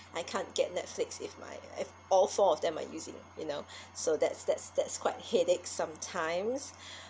I can't get netflix if my if all four of them are using you know so that's that's that's quite headache sometimes